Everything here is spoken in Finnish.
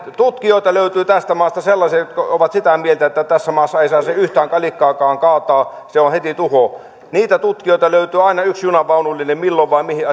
tutkijoita löytyy tästä maasta jotka ovat sitä mieltä että tässä maassa ei saisi yhtään kalikkaakaan kaataa tai se on heti tuho niitä tutkijoita löytyy aina yksi junanvaunullinen milloin vain mihin